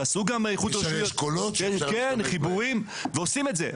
ועשו גם איחוד רשויות ויש חיבורים ועושים את זה.